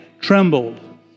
trembled